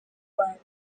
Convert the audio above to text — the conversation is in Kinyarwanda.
rwanda